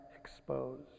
exposed